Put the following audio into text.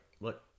look